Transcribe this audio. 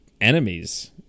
enemies